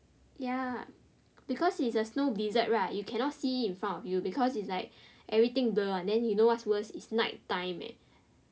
ya because it's a snow blizzard right you cannot see in front of you because like everything is like blur [one] then you know what is worst is night time leh